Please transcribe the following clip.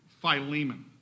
Philemon